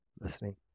listening